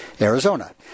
Arizona